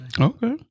Okay